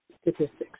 statistics